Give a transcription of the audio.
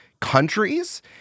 countries